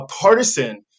Partisan